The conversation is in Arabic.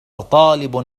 طالب